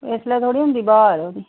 इसलै थोह्ड़ी होंदी बाह्र